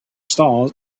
stalls